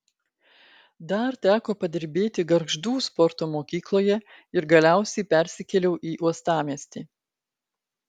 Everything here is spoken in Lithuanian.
dar teko padirbėti gargždų sporto mokykloje ir galiausiai persikėliau į uostamiestį